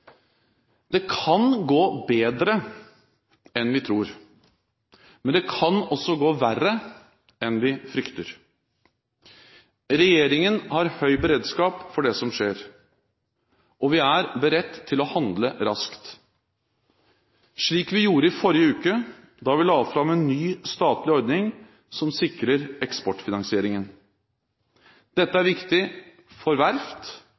Det kan gå bedre enn vi tror, men det kan også gå verre enn vi frykter. Regjeringen har høy beredskap for det som skjer, og vi er beredt til å handle raskt, slik vi gjorde i forrige uke, da vi la fram en ny, statlig ordning som sikrer eksportfinansieringen. Dette er viktig for verft